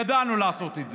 ידענו לעשות את זה.